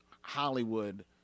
Hollywood